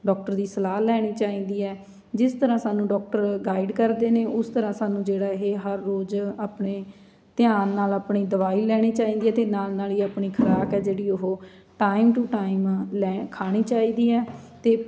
doctor ਦੀ ਸਲਾਹ ਲੈਣੀ ਚਾਹੀਦੀ ਹੈ ਜਿਸ ਤਰ੍ਹਾਂ ਸਾਨੂੰ ਡੋਕਟਰ ਗਾਈਡ ਕਰਦੇ ਨੇ ਉਸ ਤਰ੍ਹਾਂ ਸਾਨੂੰ ਜਿਹੜਾ ਇਹ ਹਰ ਰੋਜ਼ ਆਪਣੇ ਧਿਆਨ ਨਾਲ ਆਪਣੀ ਦਵਾਈ ਲੈਣੀ ਚਾਹੀਦੀ ਹੈ ਅਤੇ ਨਾਲ ਨਾਲ ਹੀ ਆਪਣੀ ਖੁਰਾਕ ਹੈ ਜਿਹੜੀ ਉਹ ਟਾਈਮ ਟੂ ਟਾਈਮ ਲੈ ਖਾਣੀ ਚਾਹੀਦੀ ਹੈ ਅਤੇ